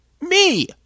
Me